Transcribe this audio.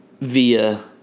via